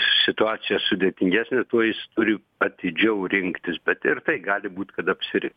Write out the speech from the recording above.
situacija sudėtingesnė tuo jis turi atidžiau rinktis bet ir tai gali būt kad apsiriko